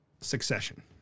succession